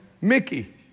Mickey